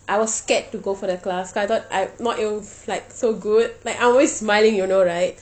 I was scared to go for the class cause I thought I more it will like so good like I'm always smiling you know right